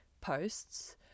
posts